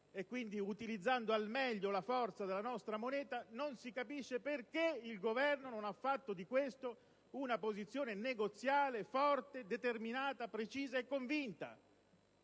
euro-bond, utilizzando quindi al meglio la forza della nostra moneta. Non si capisce perché il Governo non ne abbia fatto una posizione negoziale forte, determinata, precisa e convinta.